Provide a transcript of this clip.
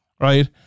right